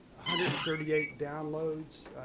hundred and thirty eight downloads,